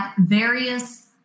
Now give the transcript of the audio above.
various